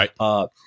Right